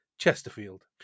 Chesterfield